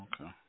Okay